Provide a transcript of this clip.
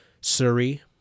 Surrey